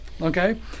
okay